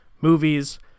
movies